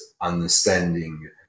understanding